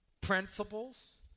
principles